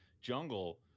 jungle